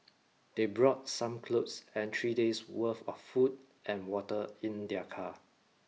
they brought some clothes and three days' worth of food and water in their car